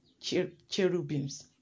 Cherubims